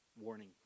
warning